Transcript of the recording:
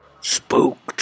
Spooked